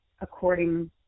according